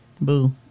Boo